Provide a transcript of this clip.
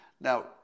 Now